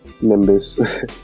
members